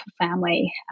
family